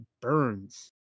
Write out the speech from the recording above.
burns